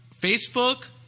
Facebook